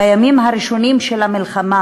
בימים הראשונים של המלחמה